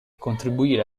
contribuire